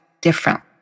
differently